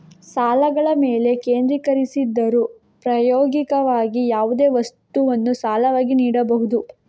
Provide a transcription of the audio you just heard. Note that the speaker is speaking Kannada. ಸಾಲಗಳ ಮೇಲೆ ಕೇಂದ್ರೀಕರಿಸಿದರೂ, ಪ್ರಾಯೋಗಿಕವಾಗಿ, ಯಾವುದೇ ವಸ್ತುವನ್ನು ಸಾಲವಾಗಿ ನೀಡಬಹುದು